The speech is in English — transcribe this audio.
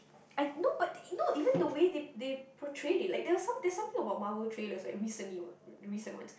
I no but no even the way they they portrayed it like there was some~ there are some there are something about Marvel trailers like recently one the recent ones